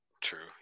true